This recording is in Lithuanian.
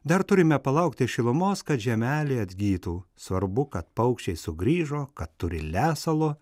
dar turime palaukti šilumos kad žemelė atgytų svarbu kad paukščiai sugrįžo kad turi lesalo